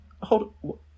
hold